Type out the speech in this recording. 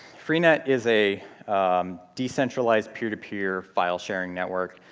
freenet is a decentralized, peer-to-peer file sharing network.